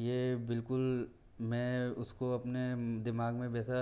ये बिल्कुल मैं उसको अपने दिमाग में वैसा